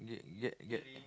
get get